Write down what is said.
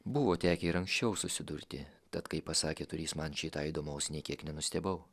buvo tekę ir anksčiau susidurti tad kai pasakė turįs man šį tą įdomaus nė kiek nenustebau